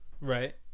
Right